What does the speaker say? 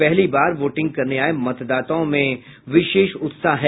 पहली बार वोटिंग करने आये मतदाताओं में विशेष उत्साह है